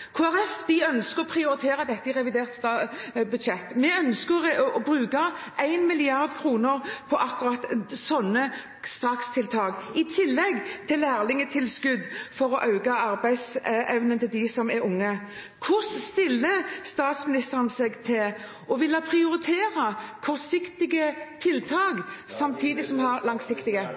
ønsker å prioritere dette i revidert nasjonalbudsjett. Vi ønsker å bruke 1 mrd. kr på akkurat slike strakstiltak, i tillegg til lærlingtilskudd for å øke arbeidsevnen til de unge. Hvordan stiller statsministeren seg til å prioritere kortsiktige tiltak samtidig som vi har langsiktige?